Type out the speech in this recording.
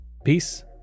Peace